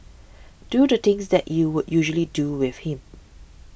do the things that you would usually do with him